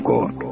God